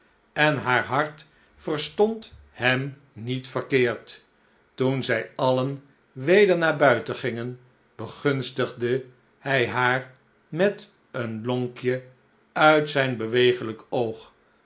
en naar hart verstond hem niet verkeerd toen zij alien weder naar buiten gingen begunstigde hij haar met een lonkje uit zijn beweeglijk oog